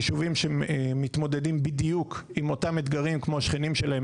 יישובים שהם מתמודדים בדיוק עם אותם אתגרים כמו השכנים שלהם,